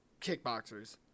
kickboxers